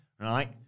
Right